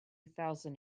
thousand